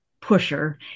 pusher